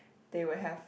they will have